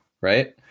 Right